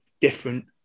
different